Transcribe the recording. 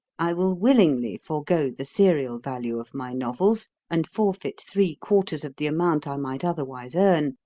i will willingly forgo the serial value of my novels, and forfeit three-quarters of the amount i might otherwise earn,